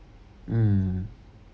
mmhmm